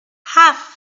half